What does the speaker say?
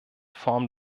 form